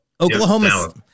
Oklahoma